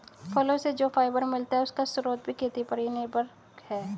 फलो से जो फाइबर मिलता है, उसका स्रोत भी खेती पर ही निर्भर है